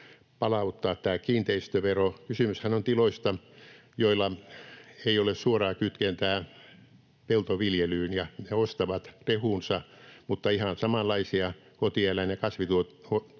palauttaa tämä kiinteistövero. Kysymyshän on tiloista, joilla ei ole suoraa kytkentää peltoviljelyyn, ja he ostavat rehunsa, mutta ihan samanlaisia kotieläin- ja